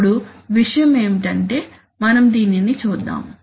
ఇప్పుడు విషయం ఏమిటంటే మనం దీనిని చూద్దాం